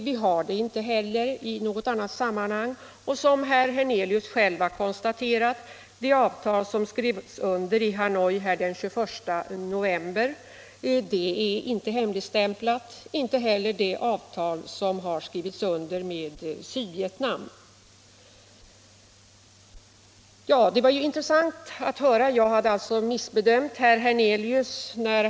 Vi har det inte heller i något annat sammanhang. Som herr Hernelius själv har konstaterat är det avtal som skrevs under i Hanoi den 21 november inte hemligstämplat. Det är inte heller det avtal som har skrivits under med Sydvietnam. Det var intressant att höra att jag hade missbedömt herr Hernelius.